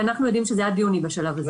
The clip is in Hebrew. כי אנחנו יודעים שזה עד יוני בשלב הזה.